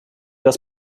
das